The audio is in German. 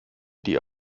die